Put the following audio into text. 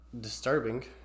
disturbing